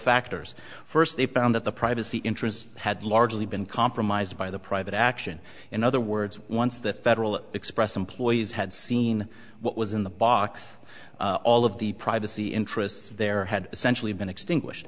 factors first they found that the privacy interests had largely been compromised by the private action in other words once the federal express employees had seen what was in the box all the privacy interests there had essentially been extinguished